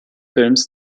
films